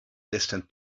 distant